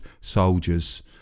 soldiers